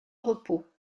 repos